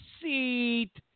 seat